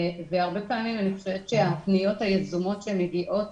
הרבה פעמים אני חושבת שהפניות היזומות שמגיעות